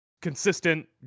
consistent